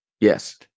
Yes